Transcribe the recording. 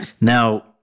Now